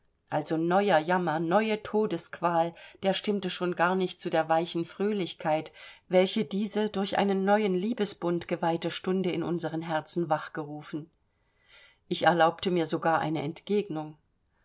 also neuer jammer neue todesqual der stimmte schon gar nicht zu der weichen fröhlichkeit welche diese durch einen neuen liebesbund geweihte stunde in unseren herzen wachgerufen ich erlaubte mir sogar eine entgegnung